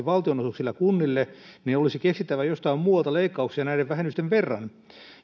valtionosuuksilla kunnille olisi keksittävä jostain muualta leikkauksia näiden vähennysten verran